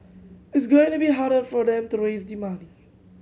it's going to be harder for them to raise the money